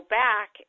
back